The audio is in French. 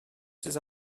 ces